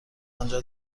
آنجا